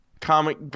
comic